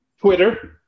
Twitter